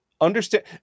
understand